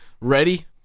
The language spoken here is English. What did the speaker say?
ready